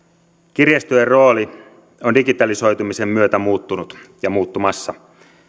kirjastojen rooli on digitalisoitumisen myötä muuttunut ja muuttumassa